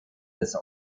des